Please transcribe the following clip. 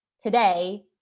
today